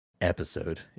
episode